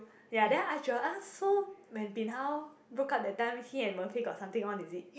ya then I ask Joel ah so when bin hao broke up that time he and Wen Fei got something on is it